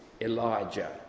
Elijah